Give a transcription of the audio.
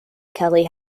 kelley